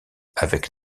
avec